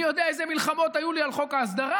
אני יודע איזה מלחמות היו לי על חוק ההסדרה